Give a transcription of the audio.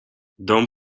dom